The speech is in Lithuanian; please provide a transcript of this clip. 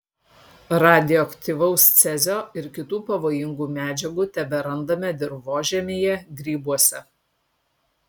radioaktyvaus cezio ir kitų pavojingų medžiagų teberandame dirvožemyje grybuose